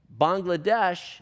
Bangladesh